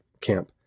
camp